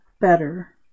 better